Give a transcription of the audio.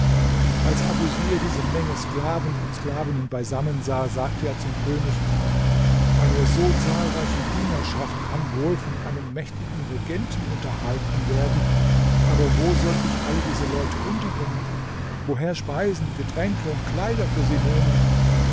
als abusir diese menge sklaven und sklavinnen beisammen sah sagte er zum könig eine so zahlreiche dienerschaft kann wohl von einem mächtigen regenten unterhalten werden aber wo soll ich alle diese leute unterbringen woher speisen getränke und kleider für sie nehmen